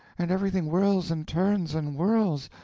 and everything whirls and turns and whirls.